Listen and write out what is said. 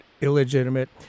illegitimate